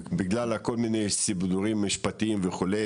בגלל כל מיני סידורים משפטיים וכו',